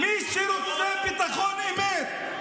מי שרוצה ביטחון אמת,